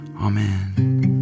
Amen